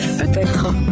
peut-être